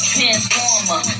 Transformer